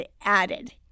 added